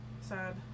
Sad